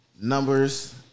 Numbers